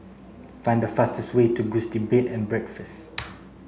find the fastest way to Gusti Bed and Breakfast